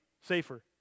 safer